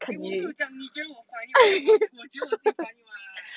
eh 我没有讲你 girl 我 funny 我觉得我最 funny [what]